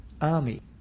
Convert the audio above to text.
army